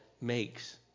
makes